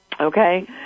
okay